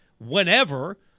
whenever